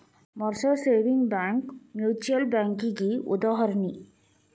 Mercer savings bank mutual ಬ್ಯಾಂಕಿಗಿ ಉದಾಹರಣಿ